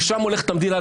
לשם הולכת המדינה.